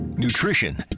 nutrition